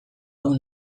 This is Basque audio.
hau